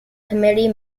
committee